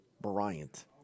Bryant